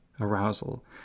arousal